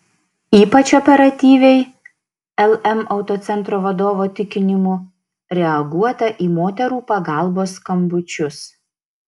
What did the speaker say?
ypač operatyviai lm autocentro vadovo tikinimu reaguota į moterų pagalbos skambučius